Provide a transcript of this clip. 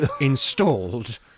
installed